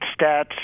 stats